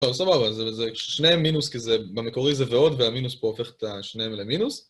טוב סבבה זה כששניהם מינוס במקורי זה ועוד והמינוס פה הופך את שניהם למינוס